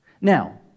Now